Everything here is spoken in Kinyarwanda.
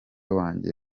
wanjye